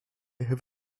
have